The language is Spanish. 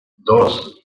dos